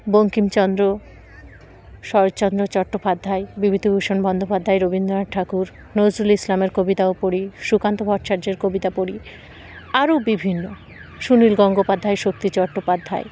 বঙ্কিমচন্দ্র শরৎচন্দ্র চট্টোপাধ্যায় বিভূতিভূষণ বন্দ্যোপাধ্যায় রবীন্দ্রনাথ ঠাকুর নজরুল ইসলামের কবিতাও পড়ি সুকান্ত ভট্টাচার্যের কবিতা পড়ি আরও বিভিন্ন সুনীল গঙ্গোপাধ্যায় শক্তি চট্টোপাধ্যায়